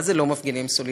מה זה לא מפגינים סולידריות?